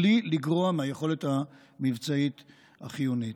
בלי לגרוע מהיכולת המבצעית החיונית.